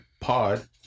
pod